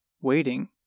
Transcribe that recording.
waiting